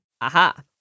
Aha